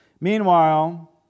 Meanwhile